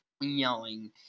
yelling